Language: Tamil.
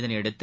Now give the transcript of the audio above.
இதையடுத்து